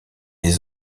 des